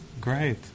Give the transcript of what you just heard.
Great